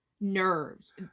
nerves